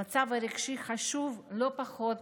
המצב הרגשי חשוב לא פחות